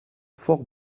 fort